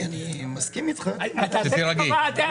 כשתירגעי.